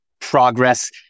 progress